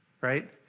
right